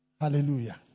Hallelujah